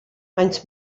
maent